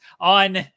on